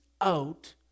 out